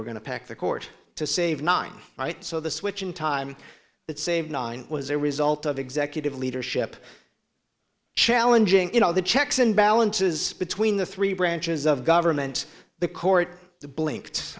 were going to pack the court to save nine right so the switch in time that saves nine was a result of executive leadership challenging you know the checks and balances between the three branches of government the court the